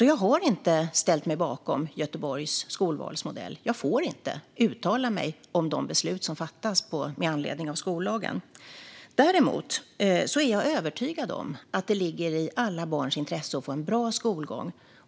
Jag har inte ställt mig bakom Göteborgs skolvalsmodell, och jag får inte uttala mig om de beslut som fattas med anledning av skollagen. Däremot är jag övertygad om att det ligger i alla barns intresse att få en bra skolgång.